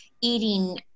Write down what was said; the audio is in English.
eating